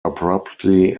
abruptly